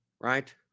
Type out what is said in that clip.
right